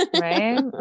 Right